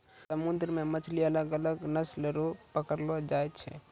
समुन्द्र मे मछली अलग अलग नस्ल रो पकड़लो जाय छै